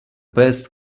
best